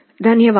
ధన్యవాదాలు